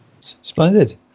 Splendid